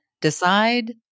decide